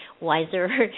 wiser